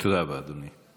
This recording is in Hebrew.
תודה רבה, אדוני.